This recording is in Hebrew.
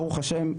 ברוך השם,